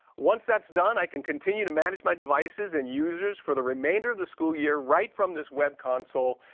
once that's done, i can continue to manage my devices and users for the remainder of the school year right from this web console,